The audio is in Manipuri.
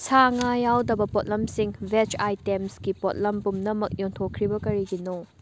ꯁꯥ ꯉꯥ ꯌꯥꯎꯗꯕ ꯄꯣꯠꯂꯝꯁꯤꯡ ꯚꯦꯖ ꯑꯥꯏꯇꯦꯝꯁꯀꯤ ꯄꯣꯠꯂꯝ ꯄꯨꯝꯅꯃꯛ ꯌꯣꯟꯊꯣꯛꯈ꯭ꯔꯤꯕ ꯀꯔꯤꯒꯤꯅꯣ